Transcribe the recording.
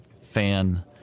fan